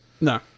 No